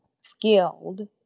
skilled